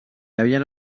havien